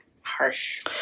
harsh